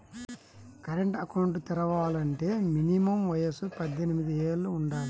current account తెరవాలంటే minimum వయసు పద్దెనిమిది యేళ్ళు వుండాలి